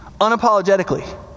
Unapologetically